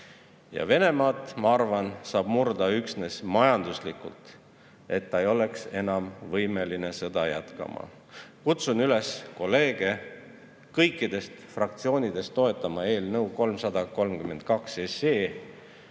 Ja Venemaad, ma arvan, saab murda üksnes majanduslikult, et ta ei oleks enam võimeline sõda jätkama. Kutsun üles kolleege kõikidest fraktsioonidest toetama eelnõu 332.